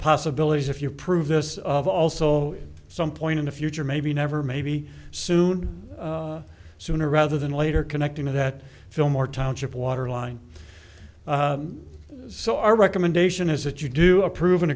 possibilities if you prove this of also some point in the future maybe never maybe soon sooner rather than later connected to that film or township water line so our recommendation is that you do approve